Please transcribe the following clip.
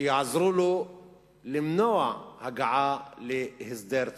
שיעזרו לו למנוע הגעה להסדר צודק.